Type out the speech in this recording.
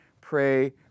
pray